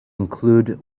include